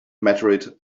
meteorite